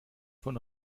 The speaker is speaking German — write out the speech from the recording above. von